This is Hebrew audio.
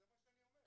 זה מה שאני אומר.